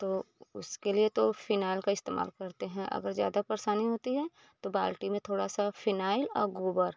तो उसके लिए तो फिनाइल का इस्तेमाल करते हैं अगर ज़्यादा परेशानी होती है तो बाल्टी में थोड़ा सा फिनाइल और गोबर